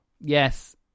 yes